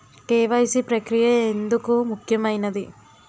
KYC ప్రక్రియ ఎందుకు ముఖ్యమైనది?